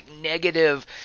negative